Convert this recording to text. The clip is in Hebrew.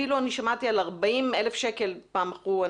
אפילו שמעתי על 40,000 שקל שפעם מכרו.